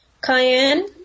Cayenne